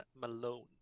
Malone